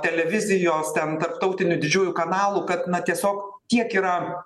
televizijos ten tarptautinių didžiųjų kanalų kad na tiesiog tiek yra